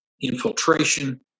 infiltration